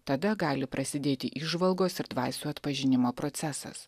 tada gali prasidėti įžvalgos ir dvasių atpažinimo procesas